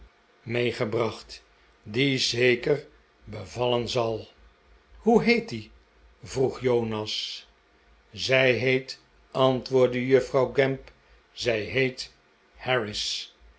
meegebracht die zeker bevallen zal m hoe heet die vroeg jonas zij heet antwoordde juffrouw gamp zij heet